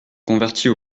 convertit